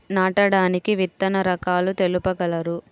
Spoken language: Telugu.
నాటడానికి విత్తన రకాలు తెలుపగలరు?